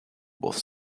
both